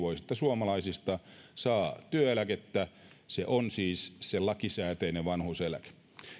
vuotiaista suomalaisista saa työeläkettä se on siis se lakisääteinen vanhuuseläke